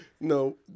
No